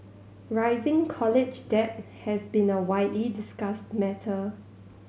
rising college debt has been a widely discussed matter